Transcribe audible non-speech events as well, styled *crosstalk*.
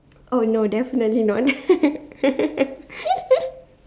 oh no definitely not *laughs*